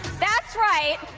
that's right,